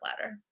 ladder